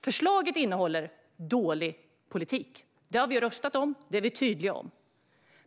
Förslaget innehåller dålig politik - det har vi röstat om, och det är vi tydliga med.